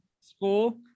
school